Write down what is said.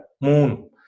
moon